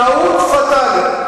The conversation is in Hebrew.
טעות פטאלית.